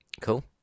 Cool